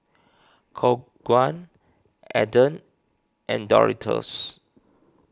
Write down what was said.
Khong Guan Aden and Doritos